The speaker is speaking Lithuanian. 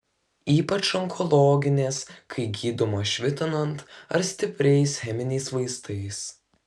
ypač onkologinės kai gydoma švitinant ar stipriais cheminiais vaistais